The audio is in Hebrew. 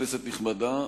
כנסת נכבדה,